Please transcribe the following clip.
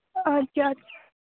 آدٕ کیٛاہ اَد